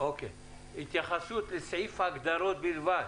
התייחסות לסעיף ההגדרות בלבד.